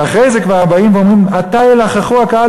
ואחרי זה כבר באים ואומרים: "עתה ילחכו הקהל